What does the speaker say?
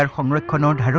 home record on